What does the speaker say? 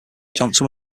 johnston